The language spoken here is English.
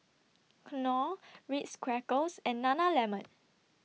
Knorr Ritz Crackers and Nana Lemon